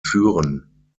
führen